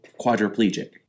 quadriplegic